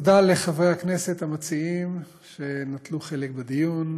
תודה לחברי הכנסת המציעים שנטלו חלק בדיון